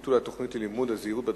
ביטול התוכנית ללימודי הזהירות בדרכים,